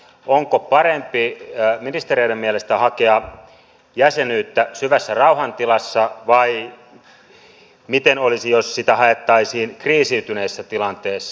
onko parempi ministereiden mielestä hakea jäsenyyttä syvässä rauhantilassa vai miten olisi jos sitä haettaisiin kriisiytyneessä tilanteessa